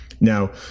Now